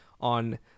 on